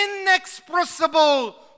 inexpressible